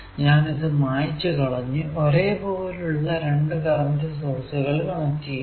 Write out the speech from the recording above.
ഞാൻ ഇത് മായിച്ചു കളഞ്ഞു ഒരേ പോലുള്ള രണ്ടു കറന്റ് സോഴ്സുകൾ കണക്ട് ചെയ്യുന്നു